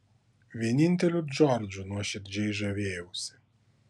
vieninteliu džordžu nuoširdžiai žavėjausi